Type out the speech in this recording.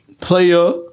Player